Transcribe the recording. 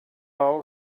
all